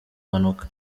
mpanuka